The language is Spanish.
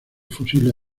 fusiles